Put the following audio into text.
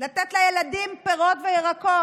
לתת לילדים פירות וירקות.